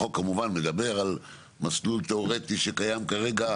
החוק כמובן מדבר על מסלול תיאורטי שקיים כרגע,